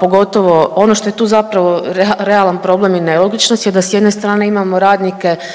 pogotovo, ono što je tu zapravo realan problem i nelogičnost je da s jedne strane imamo radnike koji